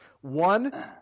One